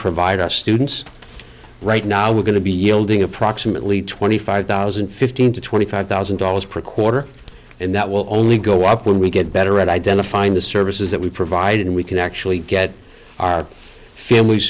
provide our students right now we're going to be yielding approximately twenty five thousand and fifteen to twenty five thousand dollars per quarter and that will only go up when we get better at identifying the services that we provide and we can actually get our families